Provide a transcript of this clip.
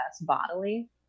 bodily